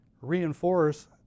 reinforce